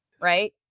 right